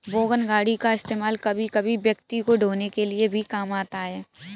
wagon गाड़ी का इस्तेमाल कभी कभी व्यक्ति को ढ़ोने के लिए भी काम आता है